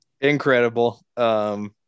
Incredible